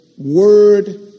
Word